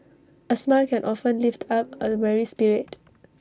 A smile can often lift up A weary spirit